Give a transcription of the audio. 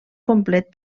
complet